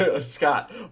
Scott